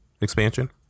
expansion